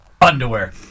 Underwear